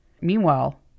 Meanwhile